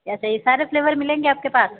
ऐसे ही सारे फ्लेवर मिलेंगे आपके पास